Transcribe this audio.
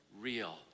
real